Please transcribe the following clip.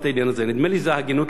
אני חושב שזו הגינות לעשות את זה.